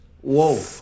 Whoa